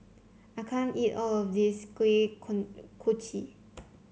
I can't eat all of this Kuih Kochi